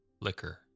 liquor